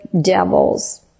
devils